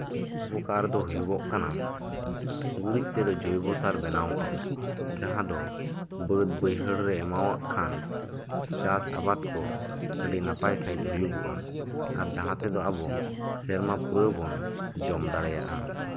ᱩᱯᱚᱠᱟᱨ ᱫᱚ ᱦᱩᱭᱩᱜᱚᱜ ᱠᱟᱱᱟ ᱜᱩᱨᱤᱡᱽ ᱛᱮᱫᱚ ᱡᱳᱭᱵᱚ ᱥᱟᱨ ᱵᱮᱱᱟᱣᱚᱜᱼᱟ ᱡᱟᱦᱟᱸ ᱫᱚ ᱵᱟᱹᱫ ᱵᱟᱹᱭᱦᱟᱹᱲ ᱨᱮ ᱮᱢᱟᱣᱟᱜ ᱠᱷᱟᱱ ᱪᱟᱥ ᱟᱵᱟᱫ ᱠᱚ ᱟᱹᱰᱤ ᱱᱟᱯᱟᱭ ᱥᱟᱹᱦᱤᱡ ᱦᱩᱭᱩ ᱜᱚᱜᱼᱟ ᱟᱨ ᱛᱮᱫᱚ ᱟᱵᱚ ᱥᱮᱨᱢᱟ ᱯᱩᱨᱟᱹᱣ ᱵᱚᱱ ᱡᱚᱢ ᱫᱟᱲᱮᱭᱟᱜᱼᱟ